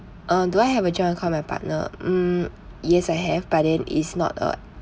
uh do I have a joint with my partner um yes I have but then it's not a